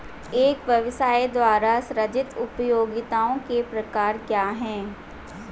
एक व्यवसाय द्वारा सृजित उपयोगिताओं के प्रकार क्या हैं?